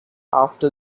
after